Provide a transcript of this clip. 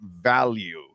value